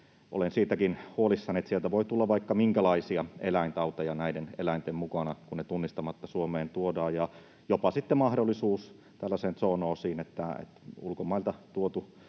Olen siitäkin huolissani, että sieltä voi tulla vaikka minkälaisia eläintauteja näiden eläinten mukana, kun ne tunnistamatta Suomeen tuodaan. Ja sitten on jopa mahdollisuus tällaiseen zoonoosiin, että ulkomailta tuodun